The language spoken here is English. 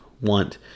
want